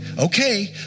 Okay